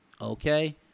Okay